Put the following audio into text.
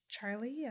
Charlie